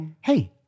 hey